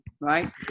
right